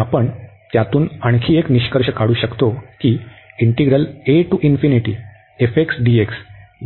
आणि आपण त्यातून आणखी एक निष्कर्ष काढू शकतो की